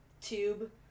tube